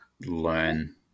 learn